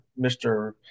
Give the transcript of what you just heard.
Mr